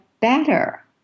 better